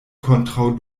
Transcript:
kontraŭ